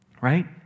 right